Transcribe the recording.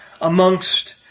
amongst